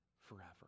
forever